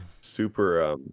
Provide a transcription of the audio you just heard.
super